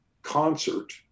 Concert